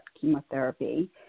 chemotherapy